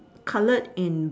coloured in